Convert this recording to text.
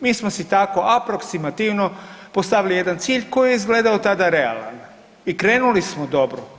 Mi smo si tako aproksimativno postavili jedan cilj koji je izgledao tada realan i krenuli smo dobro.